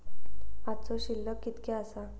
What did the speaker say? आजचो शिल्लक कीतक्या आसा?